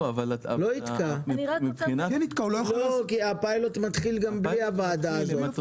זה לא יתקע כי הפיילוט מתחיל גם בלי הוועדה הזאת.